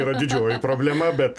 yra didžioji problema bet